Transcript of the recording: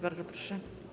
Bardzo proszę.